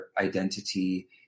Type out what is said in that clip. identity